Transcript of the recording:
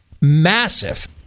Massive